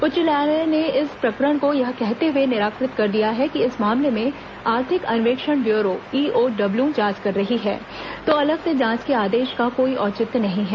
उच्च न्यायालय ने इस प्रकरण को यह कहते हुए निराकृत कर दिया है कि इस मामले में आर्थिक अन्वेषण ब्यूरो ईओडब्ल्यू जांच कर रही है तो अलग से जांच के आदेश का कोई औचित्य नहीं है